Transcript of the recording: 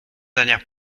dernière